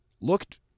looked